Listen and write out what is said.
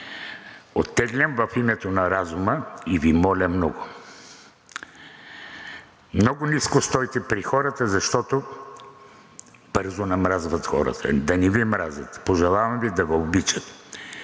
Оттеглям в името на разума и Ви моля много: много ниско стойте при хората, защото хората бързо намразват. Да не Ви мразят. Пожелавам Ви да Ви обичат.